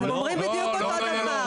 אתם אומרים בדיוק את אותו הדבר.